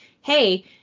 hey